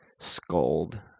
scold